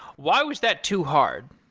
why was that too hard?